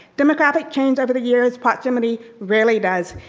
democratic change over the years, proximity rarely does.